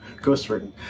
ghostwritten